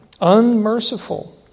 Unmerciful